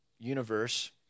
Universe